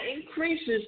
increases